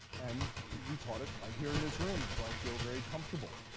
and we taught it right here in this room, so i feel very comfortable.